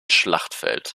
schlachtfeld